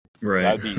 Right